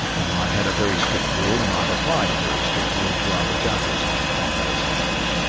and i've had a very strict rule, and i've applied a very strict rule to other judges on on those issues.